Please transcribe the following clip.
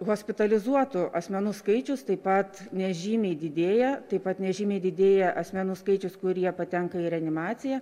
hospitalizuotų asmenų skaičius taip pat nežymiai didėja taip pat nežymiai didėja asmenų skaičius kurie patenka į reanimaciją